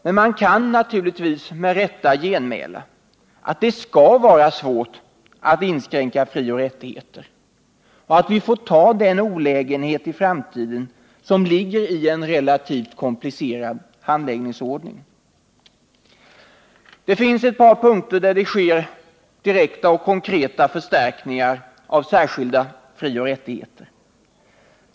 Men man kan naturligtvis med rätta genmäla att det skall vara svårt att inskränka frioch rättigheter och att vi i framtiden får ta den olägenhet som ligger i en relativt komplicerad handläggningsordning. På ett par punkter sker det direkta och konkreta förstärkningar av vissa särskilda frioch rättigheter.